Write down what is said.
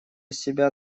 себя